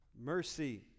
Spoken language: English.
Mercy